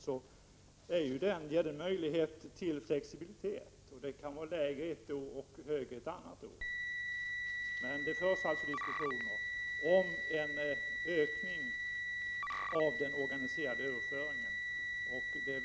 Flyktingkvoten ger möjlighet till flexibilitet — den kan vara lägre ett år och högre ett annat år. Det förs nu diskussioner om en ökning av den organiserade överföringen.